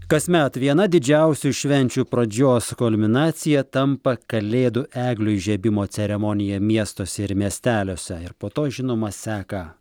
kasmet viena didžiausių švenčių pradžios kulminacija tampa kalėdų eglių įžiebimo ceremonija miestuose ir miesteliuose ir po to žinoma seka